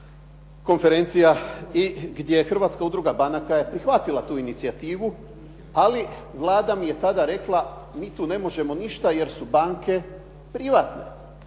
konferencija i gdje je Hrvatska udruga banaka prihvatila tu inicijativu ali Vlada mi je tada rekla mi tu ne možemo ništa jer su banke privatne.